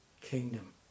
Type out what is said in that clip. kingdom